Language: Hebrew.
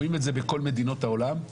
רואים את זה בכל מדינות העולם.